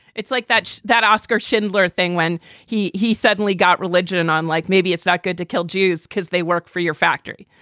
it's like that that oskar schindler thing when he he suddenly got religion on, like maybe it's not good to kill jews because they work for your factory.